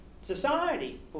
society